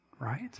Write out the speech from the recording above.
right